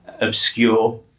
obscure